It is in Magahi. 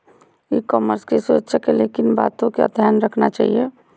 ई कॉमर्स की सुरक्षा के लिए किन बातों का ध्यान रखना चाहिए?